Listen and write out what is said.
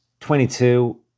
22